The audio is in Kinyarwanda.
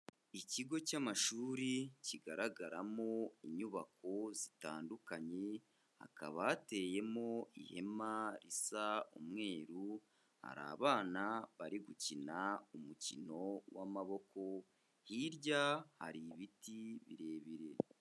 Ikigo cy'amashuri kigaragaramo inyubako zitandukanye, hakaba hateyemo ihema risa umweru, hari abana bari gukina umukino w'amaboko, hirya hari ibiti birebire.